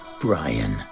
Brian